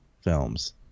films